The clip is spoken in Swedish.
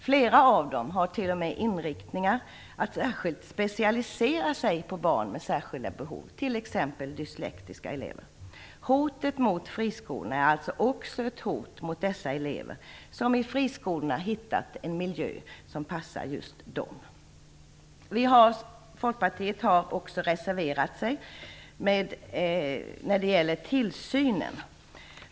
Flera av friskolorna har t.o.m. inriktningen att specialisera sig på barn med särskilda behov, t.ex. dyslektiska elever. Hotet mot friskolorna är alltså också ett hot mot dessa elever, som i friskolorna har hittat en miljö som passar just dem. Folkpartiet har också reserverat sig när det gäller tillsynen.